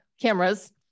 cameras